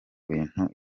bintu